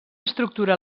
estructura